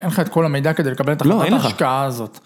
אין לך את כל המידע כדי לקבל את החתך ההשקעה הזאת.